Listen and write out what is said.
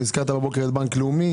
אז הזכרת בבוקר את בנק לאומי,